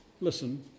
listen